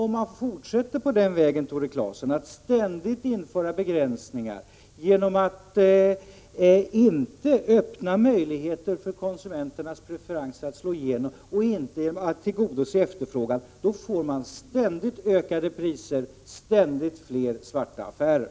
Om man fortsätter på den vägen, Tore Claeson, och ständigt inför begränsningar genom att inte öppna möjligheterna för konsumenternas preferenser att slå igenom och genom att inte tillgodose efterfrågan, får man ständigt ökade priser och ständigt fler svarta affärer.